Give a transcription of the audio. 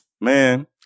Man